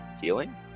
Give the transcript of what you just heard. healing